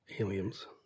Aliens